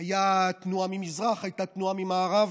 הייתה תנועה ממזרח, הייתה תנועה ממערב.